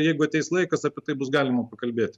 jeigu ateis laikas apie tai bus galima pakalbėti